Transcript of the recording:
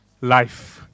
life